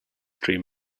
dream